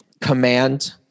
command